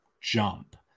jump